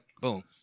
boom